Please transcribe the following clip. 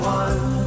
one